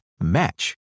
match